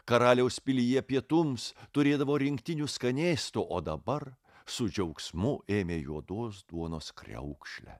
karaliaus pilyje pietums turėdavo rinktinių skanėstų o dabar su džiaugsmu ėmė juodos duonos kriaukšlę